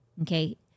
okay